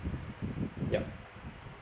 yup